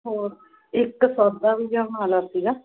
ਹੋਰ ਇੱਕ ਸੌਦਾ ਵੀ ਲਿਆਉਣ ਵਾਲਾ ਸੀਗਾ